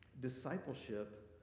Discipleship